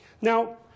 Now